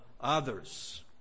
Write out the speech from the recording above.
others